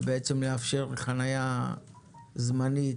ובעצם לאפשר חנייה זמנית,